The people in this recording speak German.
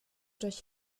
durch